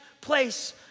place